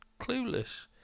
clueless